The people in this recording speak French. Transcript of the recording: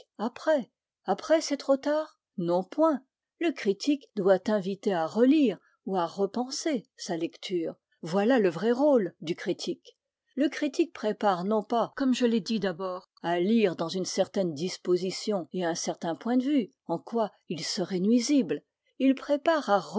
après après c'est trop tard non point le critique doit inviter à relire ou à repenser sa lecture voilà le vrai rôle du critique le critique prépare non pas comme je l'ai dit d'abord à lire dans une certaine disposition et à un certain point de vue en quoi il serait nuisible il prépare